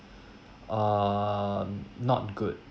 err not good